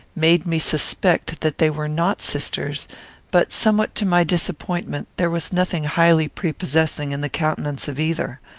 made me suspect that they were not sisters but, somewhat to my disappointment, there was nothing highly prepossessing in the countenance of either.